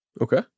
Okay